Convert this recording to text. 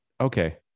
okay